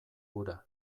hura